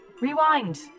Rewind